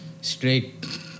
straight